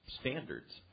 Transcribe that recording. standards